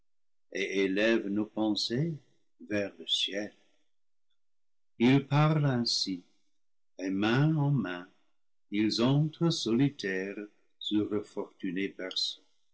et élèvent nos pensées vers le ciel ils parlent ainsi et main en main ils entrent solitaires sous leur